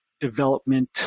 development